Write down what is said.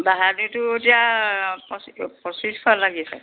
বাহাদুৰটো এতিয়া পঁচিছ পঁচিছশ লাগিছে